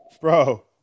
Bro